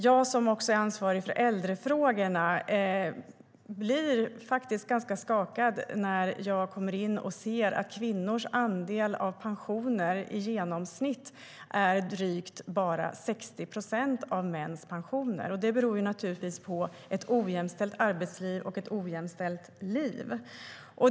Jag, som också är ansvarig för äldrefrågorna, blir ganska skakad när jag kommer in och ser att kvinnors andel av pensioner i genomsnitt är bara drygt 60 procent av mäns pensioner. Det beror naturligtvis på ett ojämställt arbetsliv och ett ojämställt liv.